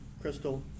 Crystal